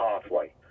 pathway